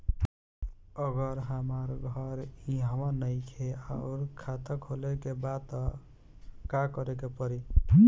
अगर हमार घर इहवा नईखे आउर खाता खोले के बा त का करे के पड़ी?